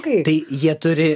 tai jie turi